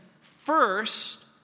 first